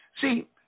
See